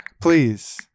Please